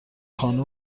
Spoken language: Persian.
خانم